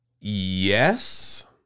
Yes